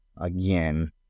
again